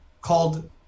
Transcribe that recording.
called